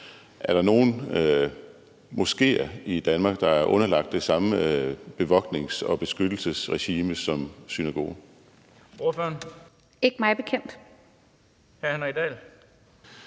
Er der nogen moskeer i Danmark, der er underlagt det samme bevogtnings- og beskyttelsesregime som synagogen?